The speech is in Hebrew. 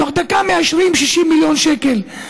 תוך דקה מאשרים 60 מיליון שקל.